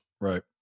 Right